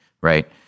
right